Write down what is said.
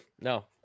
No